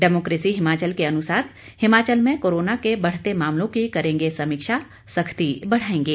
democracy Himachal के अनुसार हिमाचल में कोरोना के बढ़ते मामलों की करेंगे समीक्षा सख्ती बढ़ाएंगे